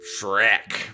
Shrek